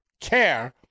care